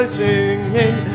singing